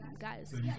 guys